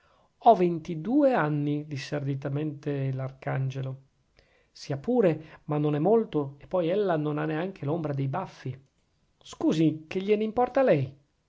ho ventidue anni disse arditamente l'arcangelo sia pure ma non è molto e poi ella non ha neanche l'ombra dei baffi scusi che gliene importa a lei